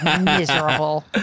Miserable